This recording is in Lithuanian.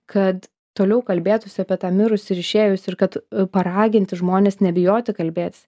kad toliau kalbėtųsi apie tą mirusį ir išėjusį ir kad paraginti žmones nebijoti kalbėtis